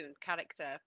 character